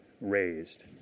raised